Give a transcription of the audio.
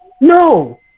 No